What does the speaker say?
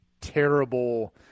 terrible